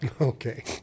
Okay